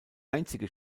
einzige